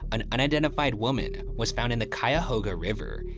an unidentified woman was found in the cuyahoga river.